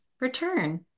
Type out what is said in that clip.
return